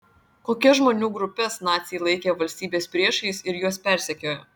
kokias žmonių grupes naciai laikė valstybės priešais ir juos persekiojo